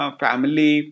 family